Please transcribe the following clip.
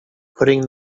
putting